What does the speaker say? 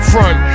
Front